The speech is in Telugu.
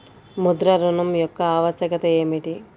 ముద్ర ఋణం యొక్క ఆవశ్యకత ఏమిటీ?